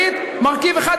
אזרחים.